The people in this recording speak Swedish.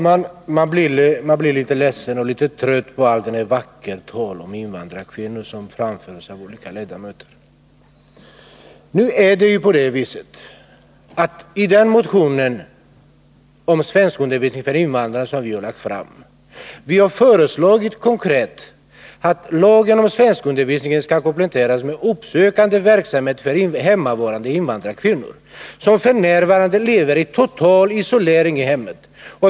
Herr talman! Man blir litet ledsen och trött på allt det här vackra talet om invandrarkvinnor från olika ledamöter. Det är ju på det viset att vi i den motion om svenskundervisning för invandrare som vi lagt fram föreslagit konkret att lagen om svenskundervisningen skall kompletteras med uppsökande verksamhet för hemmavarande invandrarkvinnor, som f. n. lever i total isolering i hemmet.